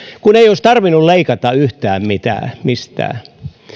että ei olisi tarvinnut leikata yhtään mitään mistään